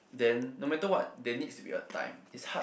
then no matter what there needs to be a time it's hard